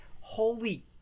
holy